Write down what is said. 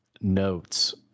notes